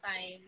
time